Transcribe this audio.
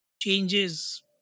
changes